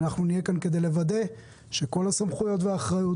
נהיה כאן כדי לוודא שכל הסמכויות והאחריות